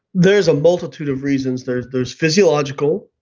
there is a multitude of reasons. there's there's physiological,